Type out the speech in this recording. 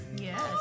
Yes